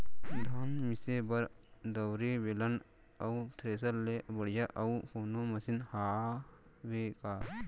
धान मिसे बर दउरी, बेलन अऊ थ्रेसर ले बढ़िया अऊ कोनो मशीन हावे का?